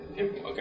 okay